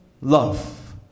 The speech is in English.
love